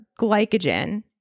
glycogen